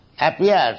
appears